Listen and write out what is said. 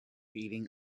eating